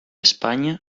espanya